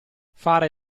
fare